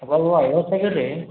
ಐವತಾಗ ಇಲ್ಲ ರೀ